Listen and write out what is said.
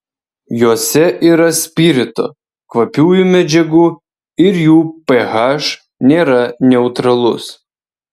jose yra spirito kvapiųjų medžiagų ir jų ph nėra neutralus